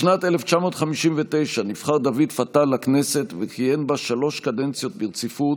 בשנת 1959 נבחר דוד פתל לכנסת וכיהן בה שלוש קדנציות ברציפות,